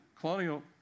colonial